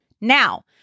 Now